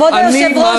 כבוד היושב-ראש,